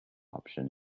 option